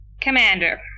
Commander